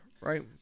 Right